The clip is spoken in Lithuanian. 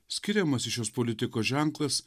skiriamasis šios politikos ženklas